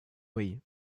wei